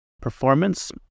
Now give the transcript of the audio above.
performance